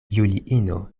juliino